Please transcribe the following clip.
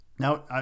Now